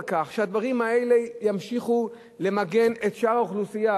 על כך שימשיכו למגן את שאר האוכלוסייה,